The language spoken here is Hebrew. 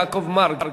יעקב מרגי.